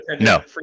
no